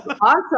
awesome